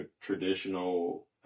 traditional